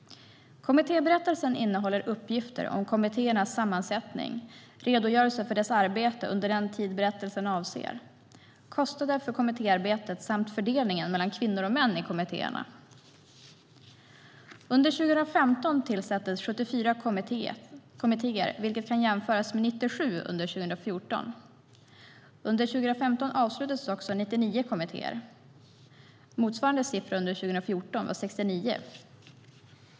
Kommittéberättelsen innehåller uppgifter om kommittéernas sammansättning, redogörelser för deras arbete under den tid berättelsen avser samt uppgifter om kostnader för kommittéarbetet och fördelningen mellan kvinnor och män i kommittéerna. Kommittéberättelse 2016 Under 2015 tillsattes 74 kommittéer, vilket kan jämföras med 97 under 2014. Under 2015 avslutades 99 kommittéer. Motsvarande siffra för 2014 var 69 kommittéer.